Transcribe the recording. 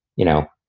you know,